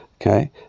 Okay